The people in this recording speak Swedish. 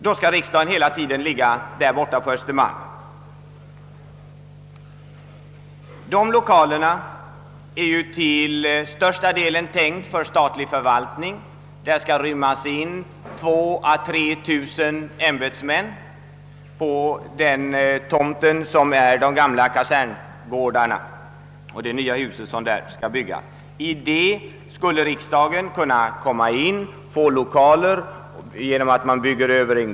Dessa lokaler på Östermalm är ju till största delen tänkta för statlig förvaltning. På den tomt där de gamla kaserngårdarna står skulle det byggas ett hus som skall rymma 2 000 å 3 000 ämbetsmän. I det huset skulle riksdagen kunna få lokaler genom att en gård överbyggs.